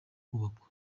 kubakwa